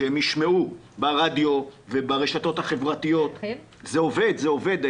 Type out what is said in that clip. שישמעו ברדיו וברשתות החברתיות וזה עובד.